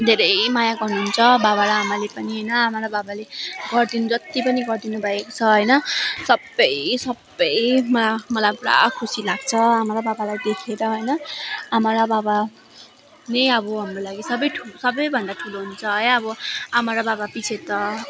धेरै माया गर्नुहुन्छ बाबा र आमाले पनि होइन आमा र बाबाले गरिदिनु जति पनि गरिदिनु भएको छ होइन सबै सबैमा मलाई पुरा खुसी लाग्छ आमा र बाबालाई देखेर होइन आमा र बाबा नै अब हाम्रो लागि सबै ठुलो सबैभन्दा ठुलो हुन्छ है अब आमा र बाबा पिछे त